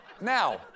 Now